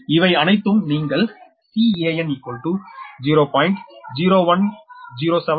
இவை அனைத்தும் நீங்கள் Can 0